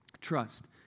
trust